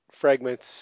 fragments